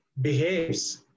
behaves